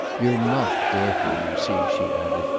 you're not therefore, you see, she added,